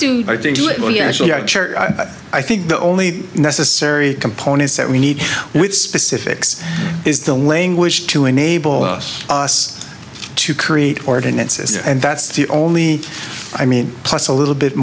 to do it where you actually are i think the only necessary components that we need with specifics is the language to enable us to create ordinances and that's the only i mean plus a little bit